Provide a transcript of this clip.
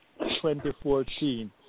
2014